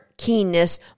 keenness